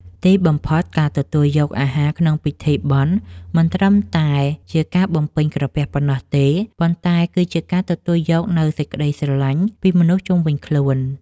ទីបំផុតការទទួលយកអាហារក្នុងពិធីបុណ្យមិនត្រឹមតែជាការបំពេញក្រពះប៉ុណ្ណោះទេ ប៉ុន្តែគឺជាការទទួលយកនូវសេចក្តីស្រឡាញ់ពីមនុស្សជុំវិញខ្លួន។